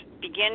begin